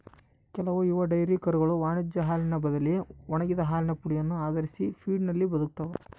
ಕೆಲವು ಯುವ ಡೈರಿ ಕರುಗಳು ವಾಣಿಜ್ಯ ಹಾಲಿನ ಬದಲಿ ಒಣಗಿದ ಹಾಲಿನ ಪುಡಿಯನ್ನು ಆಧರಿಸಿದ ಫೀಡ್ನಲ್ಲಿ ಬದುಕ್ತವ